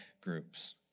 groups